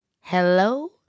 Hello